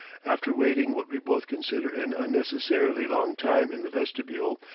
after waiting what we both consider an unnecessarily long time in the vestibule,